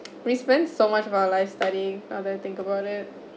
we spend so much of our life studying rather think about it